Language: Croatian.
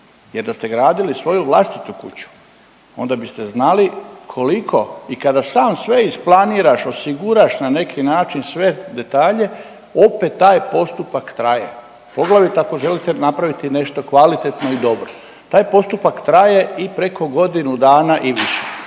jer da ste gradili svoju vlastitu kuću onda biste znali koliko i kada sam sve isplaniraš, osiguraš na neki način sve detalje opet taj postupak traje. Poglavito ako želite napraviti nešto kvalitetno i dobro. Taj postupak traje i preko godinu dana i više.